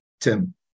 Tim